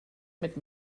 mit